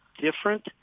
different